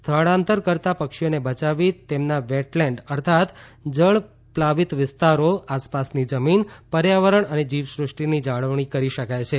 સ્થળાંતર કરતા પક્ષીઓને બચાવી તેમના વેટ લેન્ડ અર્થાત જળ પ્લાવિત વિસ્તારો આસપાસની જમીન પર્યાવરણ અને જીવસૃષ્ટીની જાળવણી કરી શકાય છે